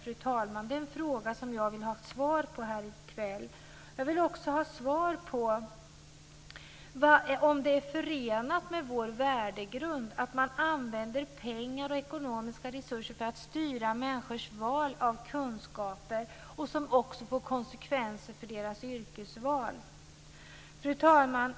Det är en fråga som jag vill ha ett svar på i kväll. Jag vill också ha svar på om det är förenat med vår värdegrund att man använder ekonomiska resurser för att styra människors val av kunskaper som också får konsekvenser för deras yrkesval? Fru talman!